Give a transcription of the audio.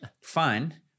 fine